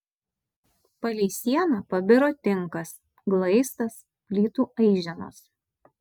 palei sieną pabiro tinkas glaistas plytų aiženos